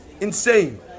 Insane